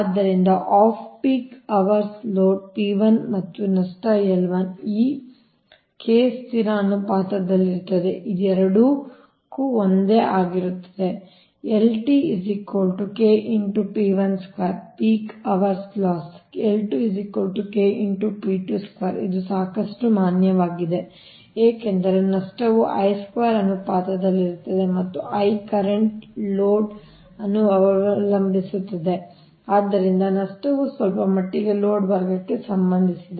ಆದ್ದರಿಂದ off peak hours load P 1 ಮತ್ತು ನಷ್ಟ L 1 ಈ K ಸ್ಥಿರ ಅನುಪಾತವಾಗಿರುತ್ತದೆ ಇದು ಎರಡಕ್ಕೂ ಒಂದೇ ಆಗಿರುತ್ತದೆ ಪೀಕ್ ಅವರ್ಸ್ ಲಾಸ್ ಇದು ಸಾಕಷ್ಟು ಮಾನ್ಯವಾಗಿದೆ ಏಕೆಂದರೆ ನಷ್ಟವು ಅನುಪಾತದಲ್ಲಿರುತ್ತದೆ ಮತ್ತು I ಕರೆಂಟ್ ಲೋಡ್ ಅನ್ನು ಅವಲಂಬಿಸಿರುತ್ತದೆ ಆದ್ದರಿಂದ ನಷ್ಟವು ಸ್ವಲ್ಪ ಮಟ್ಟಿಗೆ ಲೋಡ್ ವರ್ಗಕ್ಕೆ ಸಂಬಂಧಿಸಿದೆ